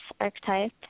archetype